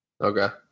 Okay